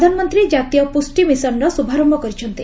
ପ୍ରଧାନମନ୍ତ୍ରୀ ଜାତୀୟ ପୁଷ୍ଟି ମିଶନ୍ର ଶୁଭାରମ୍ଭ କରିଛନ୍ତି